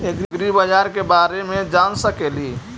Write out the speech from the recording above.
ऐग्रिबाजार के बारे मे जान सकेली?